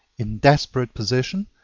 in desperate position,